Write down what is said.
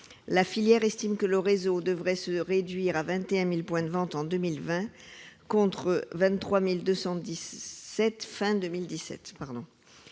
La filière estime que le réseau devrait se réduire à 21 000 points de vente en 2020, contre 23 217 fin 2017.